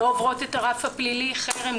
לא עוברות את הרף הפלילי חרם,